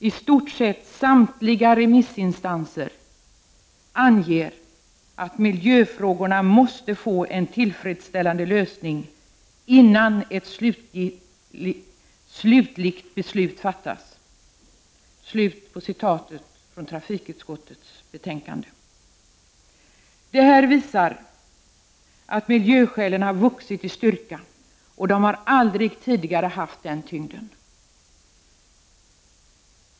I stort sett samtliga remissinstanser anger att miljöfrå — Prot. 1989/90:31 gorna måste få en tillfredsställande lösning innan ett slutligt beslut fattas.” 22 november 1989 Det här visar att miljöskälen har vuxit i styrka. Aldrig tidigare har de haft. den tyngden.